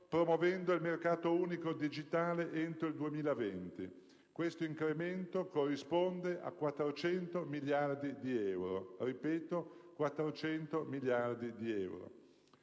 promuovendo il mercato unico digitale entro il 2020. Questo incremento corrisponde a 400 miliardi di euro"! Ripeto, 400 miliardi. Per